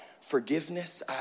forgiveness